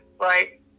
right